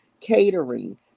catering